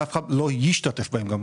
וגם אף אחד לא ישתתף בהם.